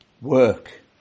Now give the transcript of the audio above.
Work